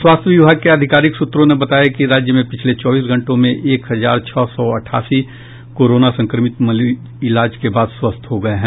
स्वास्थ्य विभाग के अधिकारिक सूत्रों ने बताया कि राज्य में पिछले चौबीस घंटे में एक हजार छह सौ अठासी कोरोना संक्रमित मरीज इलाज के बाद स्वस्थ हो गये हैं